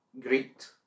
greet